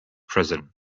present